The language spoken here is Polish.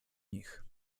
nich